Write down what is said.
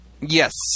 Yes